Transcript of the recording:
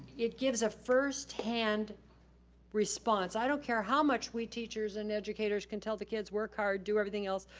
it gives a firsthand response. i don't care how much we teachers and educators can tell the kids work hard, do everything else,